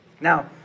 Now